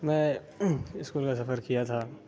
میں اسکول کا سفر کیا تھا